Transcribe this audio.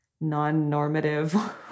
non-normative